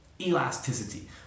elasticity